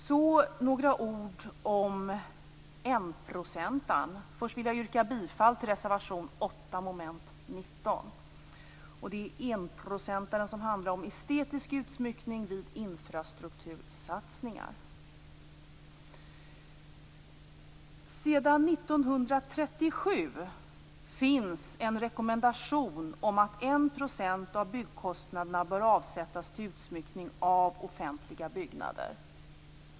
Så några ord om "enprocentaren", dvs. om de medel som går till estetisk utsmyckning vid infrastruktursatsningar. Sedan 1937 finns det en rekommendation om att 1 % av byggkostnaderna bör avsättas till utsmyckning av offentliga byggnader.